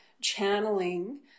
channeling